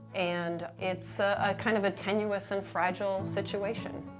and it's a kind of a tenuous and fragile situation.